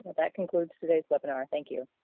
but that concludes today's webinar. thank you.